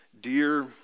dear